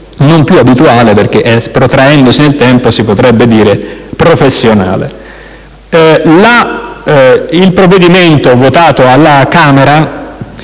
(non più abituale perché, protraendosi nel tempo, si potrebbe definire professionale). Il provvedimento licenziato dalla Camera